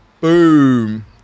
boom